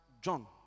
John